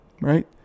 right